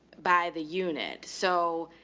by the unit so